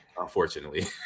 unfortunately